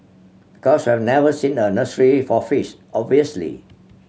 because we have never seen a nursery for fish obviously